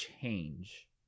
change